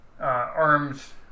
arm's